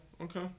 okay